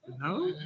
No